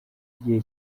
igihe